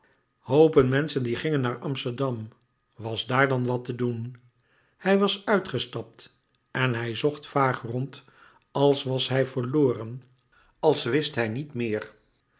hoopen menschen die gingen naar amsterdam was daar dan wat te doen hij was uitgestapt en hij zocht vaag rond als was hij verloren als wist hij niet meer